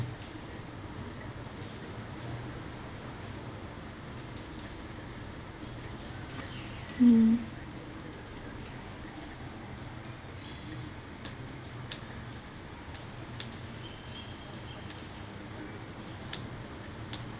mm